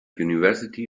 university